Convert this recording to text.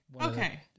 Okay